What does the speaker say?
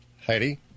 Heidi